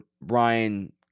Brian